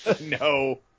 No